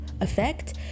effect